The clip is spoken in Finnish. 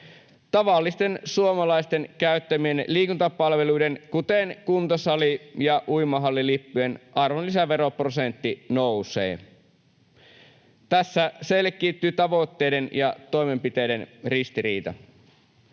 Tavallisten suomalaisten käyttämien liikuntapalveluiden, kuten kuntosalin ja uimahallilippujen, arvonlisäveroprosentti nousee. Tässä selkiytyy tavoitteiden ja toimenpiteiden ristiriita.